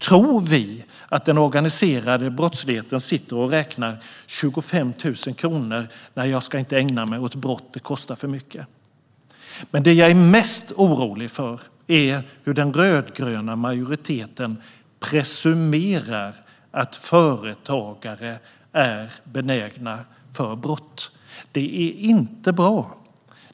Tror vi att den organiserade brottsligheten sitter och räknar: 25 000 kronor - nej, jag ska inte ägna mig åt brott; det kostar för mycket. Men det jag är mest orolig för är hur den rödgröna majoriteten presumerar att företagare är benägna att begå brott. Det är inte bra.